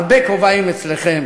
הרבה כובעים אצלכם,